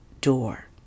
door